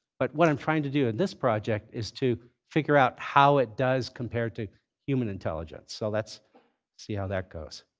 but what i'm trying to do in this project is to figure out how it does compare to human intelligence. so let's see how that goes.